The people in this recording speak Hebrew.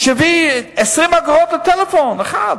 שיביא 20 אגורות לטלפון אחד,